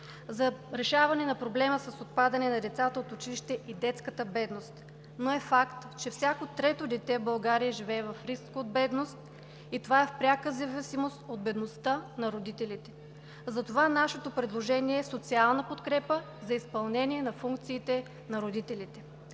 за решаване на проблема с отпадането на децата от училище и детската бедност, но е факт, че всяко трето дете в България живее в риск от бедност и това е в пряка зависимост от бедността на родителите. Затова нашето предложение е: социална подкрепа за изпълнение на функциите на родителите.